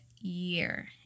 year